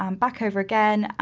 um back over again,